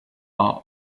are